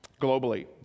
globally